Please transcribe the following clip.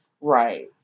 Right